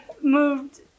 moved